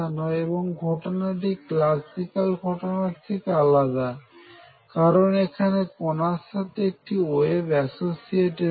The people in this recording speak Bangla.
এবং এই ঘটনাটি ক্লাসিক্যাল ঘটনার থেকে আলাদা কারণ এখানে কনার সাথে একটি ওয়েভ অ্যাসোসিয়েটেড বা সংযুক্ত আছে